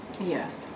Yes